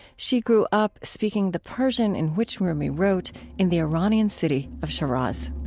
she grew up speaking the persian in which rumi wrote, in the iranian city of shiraz